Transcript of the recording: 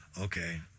okay